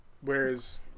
whereas